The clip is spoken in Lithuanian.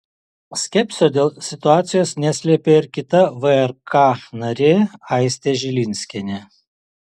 skepsio dėl situacijos neslėpė ir kita vrk narė aistė žilinskienė